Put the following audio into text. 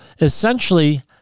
essentially